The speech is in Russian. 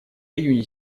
июне